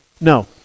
no